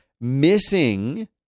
missing